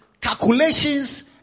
calculations